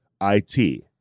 I-T